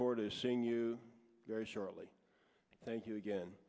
forward to seeing you very shortly thank you again